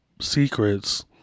secrets